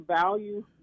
value